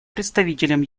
представителем